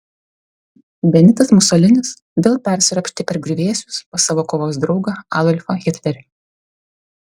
benitas musolinis vėl persiropštė per griuvėsius pas savo kovos draugą adolfą hitlerį